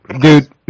Dude